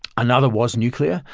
another was nuclear,